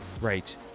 right